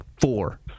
four